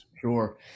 Sure